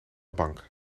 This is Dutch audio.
bank